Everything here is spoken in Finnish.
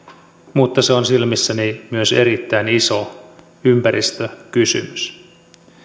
mutta se on silmissäni myös erittäin iso ympäristökysymys